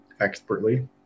expertly